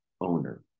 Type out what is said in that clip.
owner